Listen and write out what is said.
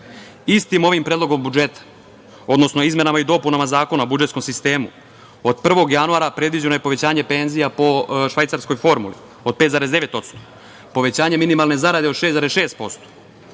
ovim Predlogom budžeta, odnosno izmenama i dopunama Zakona o budžetskom sistemu, od 1. januara predviđeno je povećanje penzija po "švajcarskoj formuli" od 5,9%, povećanje minimalne zarade od 6,6%,